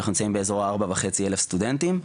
סביב הארבע וחצי אלף סטודנטים.